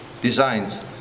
designs